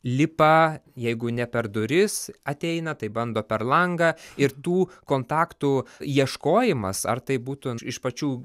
lipa jeigu ne per duris ateina tai bando per langą ir tų kontaktų ieškojimas ar tai būtų iš pačių